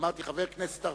אמרתי: חבר כנסת ערבי.